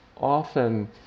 Often